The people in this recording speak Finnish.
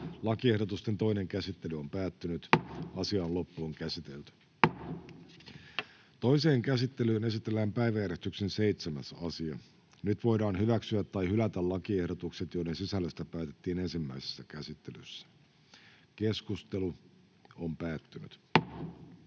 kaupparekisterilain 20 §:n muuttamisesta Time: N/A Content: Toiseen käsittelyyn esitellään päiväjärjestyksen 5. asia. Nyt voidaan hyväksyä tai hylätä lakiehdotukset, joiden sisällöstä päätettiin ensimmäisessä käsittelyssä. — Keskustelu, edustaja